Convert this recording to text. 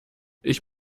ich